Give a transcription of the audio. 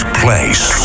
place